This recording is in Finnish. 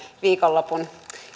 viikonlopun